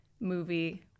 movie